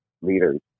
leaders